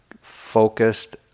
focused